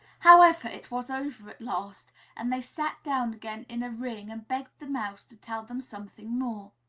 however, it was over at last and they sat down again in a ring and begged the mouse to tell them something more.